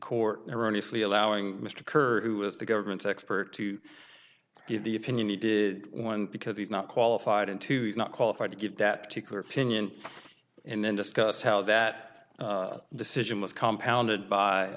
court erroneously allowing mr kerr who is the government's expert to give the opinion he did one because he's not qualified and to is not qualified to give that particular opinion and then discuss how that decision was compounded by